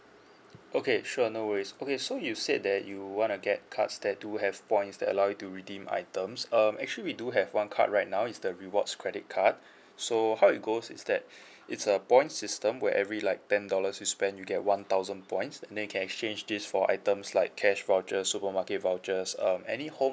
okay sure no worries okay so you said that you wanna get cards that do have points that allow you to redeem items um actually we do have one card right now is the rewards credit card so how it goes is that it's a point system where every like ten dollars you spend you get one thousand points that they can exchange this four items like cash voucher supermarket vouchers um any home